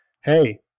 hey